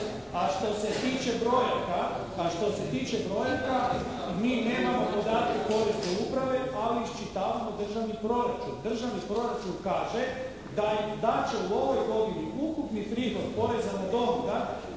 A što se tiče brojaka mi nemamo podatke porezne uprave, ali iščitavamo državni proračun. Državni proračun kaže da će u ovoj godini ukupni prihod poreza na dohodak